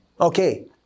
Okay